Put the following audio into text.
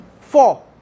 four